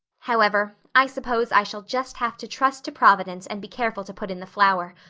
however, i suppose i shall just have to trust to providence and be careful to put in the flour.